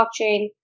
blockchain